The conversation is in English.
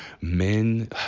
men